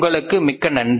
உங்களுக்கு மிக்க நன்றி